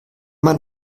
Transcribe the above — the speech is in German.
man